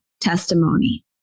testimony